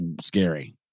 scary